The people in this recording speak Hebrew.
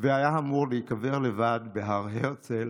והיה אמור להיקבר לבד בהר הרצל,